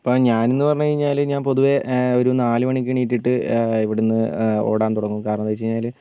ഇപ്പോൾ ഞാൻ എന്ന് പറഞ്ഞ് കഴിഞ്ഞാൽ ഞാൻ പൊതുവെ ഒരു നാലുമണിക്ക് എണീറ്റിട്ട് ഇവിടെ നിന്ന് ഓടാൻ തുടങ്ങും കാരണം എന്താണ് വെച്ചുകഴിഞ്ഞാൽ